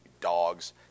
dogs